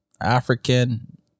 African